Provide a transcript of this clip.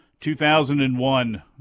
2001